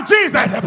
Jesus